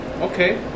Okay